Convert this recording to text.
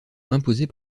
imposés